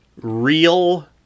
real